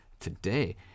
Today